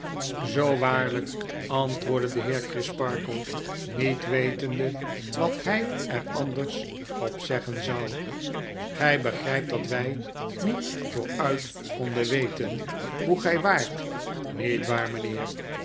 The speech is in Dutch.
zoo waarlyk antwoordde de heer crisparkle niet wetende wat hy er anders op zeggen zou gy begrypt dat wy niet vooruit konden weten hoe gij waart niet waar mynheer